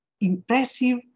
impressive